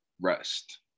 rest